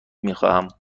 میخواهم